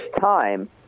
time